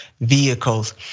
vehicles